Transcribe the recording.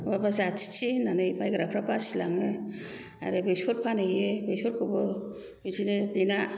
बबेबा जाथिथि होननानै बायग्राफ्रा बासिलाङो आरो बेसर फानहैयो बेसरखौबो बिदिनो बेना